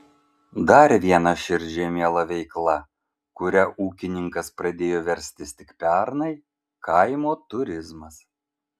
dar viena širdžiai miela veikla kuria ūkininkas pradėjo verstis tik pernai kaimo turizmas